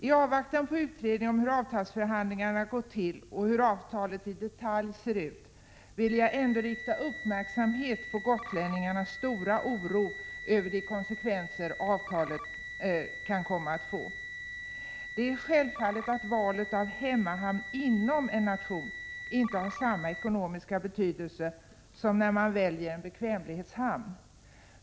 I avvaktan på utredning om hur avtalsförhandlingarna gått till och hur avtalet i detalj ser ut vill jag ändå rikta uppmärksamhet på gotlänningarnas stora oro över de konsekvenser avtalet kan komma att få. Det är självfallet att valet av hemmahamn inom en nation inte har samma ekonomiska betydelse som när man väljer en bekvämlighetshamn.